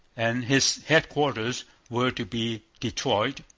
and his headquarters were to be detroit,